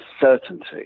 certainty